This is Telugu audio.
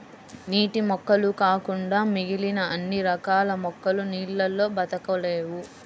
నీటి మొక్కలు కాకుండా మిగిలిన అన్ని రకాల మొక్కలు నీళ్ళల్లో బ్రతకలేవు